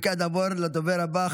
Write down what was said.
וכעת נעבור לדובר הבא.